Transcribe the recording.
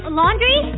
laundry